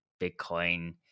bitcoin